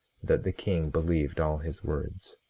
that the king believed all his words.